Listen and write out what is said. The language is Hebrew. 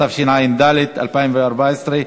התשע"ד 2014,